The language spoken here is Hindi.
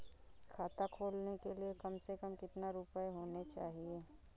खाता खोलने के लिए कम से कम कितना रूपए होने चाहिए?